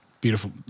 Beautiful